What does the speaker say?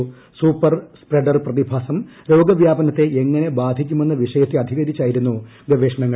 super spreader പ്രതിഭാസം രോഗവ്യാപനത്തെ എങ്ങനെ ബാധിക്കുമെന്ന വിഷയത്തെ അധികരിച്ചായിരുന്നു ഗവേഷണങ്ങൾ